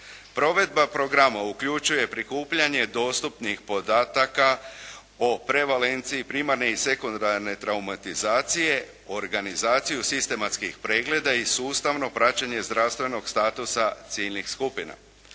Provedba programa uključuje prikupljanje dostupnih podataka o prevalenciji primarne i sekundarne traumatizacije, organizaciju sistematskih pregleda i sustavno praćenje zdravstvenog statusa ciljnih skupina.